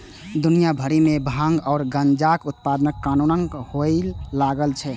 दुनिया भरि मे भांग आ गांजाक उत्पादन कानूनन हुअय लागल छै